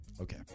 Okay